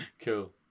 Cool